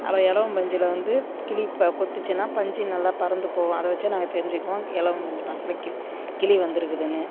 அதில் இலவம் பஞ்சில் வந்து கிளி இப்போ கொத்துச்சுன்னால் பஞ்சு நல்லா பறந்து போகும் அதை வச்சே நாங்கள் தெரிஞ்சிக்குவோம் இலவம் பஞ்சு மரத்தில் கி கிளி வந்திருக்குதுன்னு